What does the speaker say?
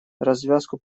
развязку